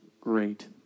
great